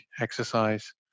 exercise